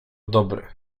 dobry